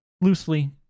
loosely